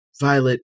Violet